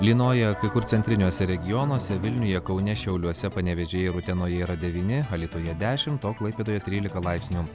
lynojo kai kur centriniuose regionuose vilniuje kaune šiauliuose panevėžyje utenoje yra devyni alytuje dešimt o klaipėdoj trylika laipsnių